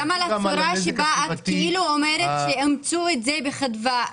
את אומרת "אימצו את זה בחדווה".